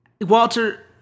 Walter